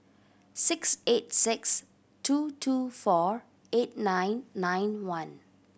six eight six two two four eight nine nine one